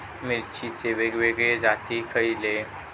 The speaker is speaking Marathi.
मिरचीचे वेगवेगळे जाती खयले?